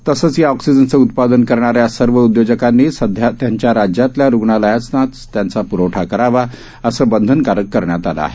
तसंच या ऑक्सीजनचं उत्पादन करणाऱ्या सर्व उद्योजकांनी सध्या त्यांच्या राज्यातल्या रुग्णालयांनाच त्याचा प्रवठा करावा असं बंधनकारक करण्यात आलं आहे